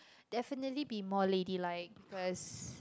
definitely be more ladylike because